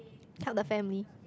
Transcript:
help the family